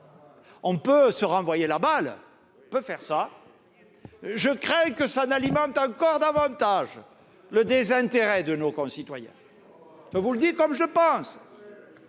toujours se renvoyer la balle, mais je crains que cela n'alimente encore davantage le désintérêt de nos concitoyens. Je vous le dis comme je le pense